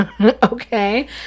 Okay